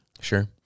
Sure